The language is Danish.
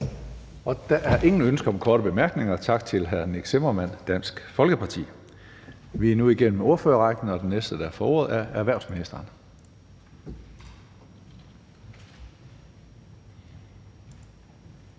Der er ingen ønsker om korte bemærkninger. Tak til hr. Nick Zimmermann, Dansk Folkeparti. Vi er nu igennem ordførerrækken, og den næste, der får ordet, er erhvervsministeren.